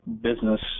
business